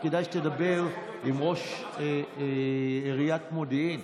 כדאי שתדבר עם ראש עיריית מודיעין.